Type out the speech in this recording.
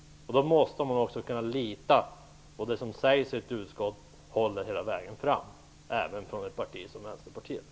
Då måste man också kunna lita på att det som sägs i ett utskott håller hela vägen, även det som sägs av ett parti som